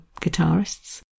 guitarists